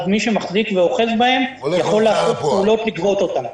אז מי שמחזיק ואוחז בהם יכול לגבות אותם.